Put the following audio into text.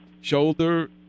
Shoulder